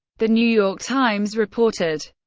the new york times reported,